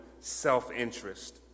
self-interest